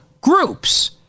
groups